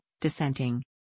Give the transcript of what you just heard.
dissenting